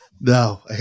No